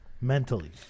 mentally